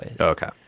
Okay